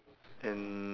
and